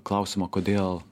klausimo kodėl